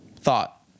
thought